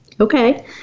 Okay